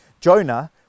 Jonah